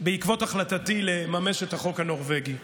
בעקבות החלטתי לממש את החוק הנורבגי.